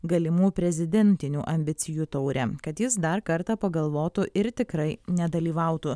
galimų prezidentinių ambicijų taurę kad jis dar kartą pagalvotų ir tikrai nedalyvautų